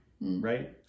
right